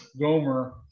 Gomer